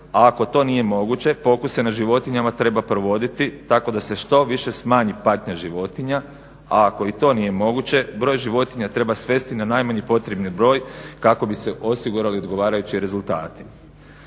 ako to nije moguće pokuse na životinjama treba provoditi tako da se što više smanji patnja životinja a ako i to nije moguće broj životinja treba svesti na najmanji potrebni broj kako bi se osigurali odgovarajući rezultati.